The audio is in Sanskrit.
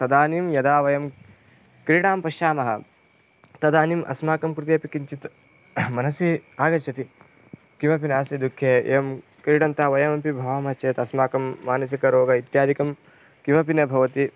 तदानीं यदा वयं क्रीडां पश्यामः तदानीम् अस्माकं कृते अपि किञ्चित् मनसि आगच्छति किमपि नास्ति दुःखे एवं क्रीडन्तः वयमपि भवामः चेत् अस्माकं मानसिकरोगः इत्यादिकं किमपि न भवति